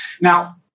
Now